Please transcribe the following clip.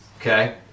okay